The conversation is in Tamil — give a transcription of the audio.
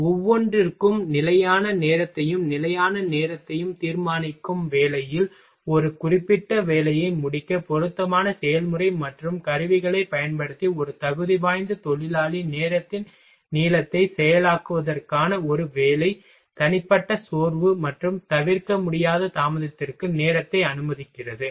எனவே ஒவ்வொன்றிற்கும் நிலையான நேரத்தையும் நிலையான நேரத்தையும் தீர்மானிக்கும் வேலையில் ஒரு குறிப்பிட்ட வேலையை முடிக்க பொருத்தமான செயல்முறை மற்றும் கருவிகளைப் பயன்படுத்தி ஒரு தகுதிவாய்ந்த தொழிலாளி நேரத்தின் நீளத்தை செயலாக்குவதற்கான ஒரு வேலை தனிப்பட்ட சோர்வு மற்றும் தவிர்க்க முடியாத தாமதத்திற்கு நேரத்தை அனுமதிக்கிறது